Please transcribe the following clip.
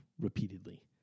repeatedly